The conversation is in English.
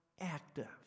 active